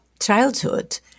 childhood